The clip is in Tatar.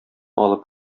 алып